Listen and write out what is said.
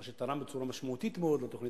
מה שתרם בצורה משמעותית מאוד לתוכנית